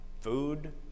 food